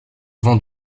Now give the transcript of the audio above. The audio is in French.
vent